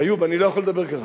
איוב, אני לא יכול לדבר ככה.